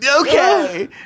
okay